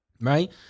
right